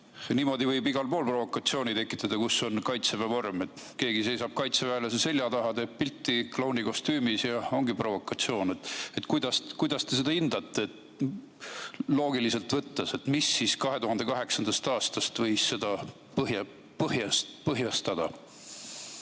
Niimoodi võib igal pool provokatsioone tekitada, kus on Kaitseväe vorm – keegi seisab kaitseväelase selja taha, teeb pilti klounikostüümis, ja ongi provokatsioon. Kuidas te seda hindate? Loogiliselt võttes, mis siis 2008. aastast võis seda põhjustada?